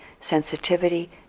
sensitivity